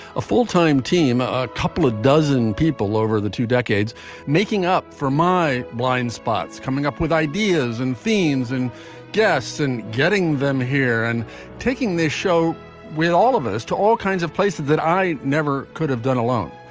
a full time team. a couple of dozen people over the two decades making up for my blind spots, coming up with ideas and themes and guests and getting them here and taking this show with all of us to all kinds of places that i never could have done alone.